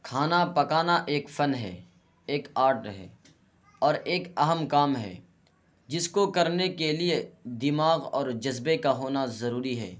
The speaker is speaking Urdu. کھانا پکانا ایک فن ہے ایک آرٹ ہے اور ایک اہم کام ہے جس کو کرنے کے لیے دماغ اور جذبے کا ہونا ضروری ہے